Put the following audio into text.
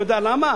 אתה יודע למה?